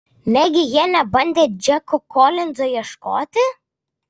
negi jie nebandė džeko kolinzo ieškoti